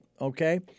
Okay